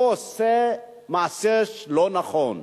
עושה מעשה לא נכון.